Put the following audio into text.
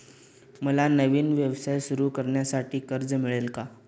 मला नवीन व्यवसाय सुरू करण्यासाठी कर्ज मिळेल का?